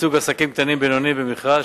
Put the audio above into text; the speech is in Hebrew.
ייצוג עסקים קטנים ובינוניים במכרז),